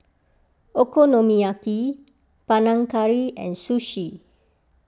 Okonomiyaki Panang Curry and Sushi